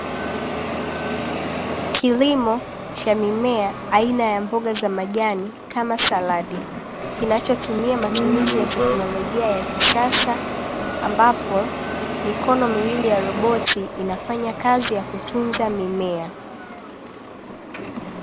Kilimo cha mimea aina ya mboga za majani kama saladi kinachotumia matumizi ya teknolojia ya kisasa ambapo mikono miwili ya roboti inafanya kazi ya kutunza mimea.